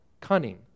cunning